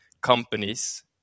companies